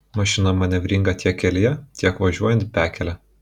mašina manevringa tiek kelyje tiek važiuojant bekele